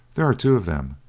there are two of them,